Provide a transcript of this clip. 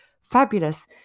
fabulous